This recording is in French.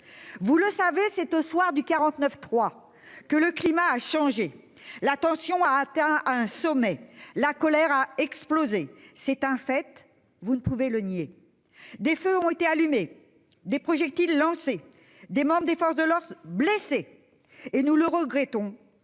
Vous le savez, c'est au soir du 49.3 que le climat a changé. La tension a atteint un sommet, la colère a explosé. C'est un fait, vous ne pouvez le nier. Des feux ont été allumés, des projectiles lancés, des membres des forces de l'ordre blessés et nous le regrettons,